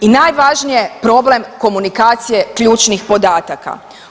I najvažnije problem komunikacije ključnih podataka.